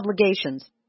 obligations